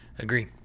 agree